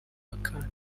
akana